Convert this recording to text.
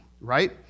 right